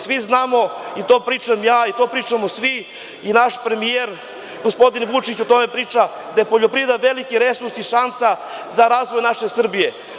Svi znamo, to pričam ja i to pričaju svi, i naš premijer gospodin Vučić o tome priča, da je poljoprivreda veliki resurs i šansa za razvoj naše Srbije.